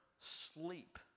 sleep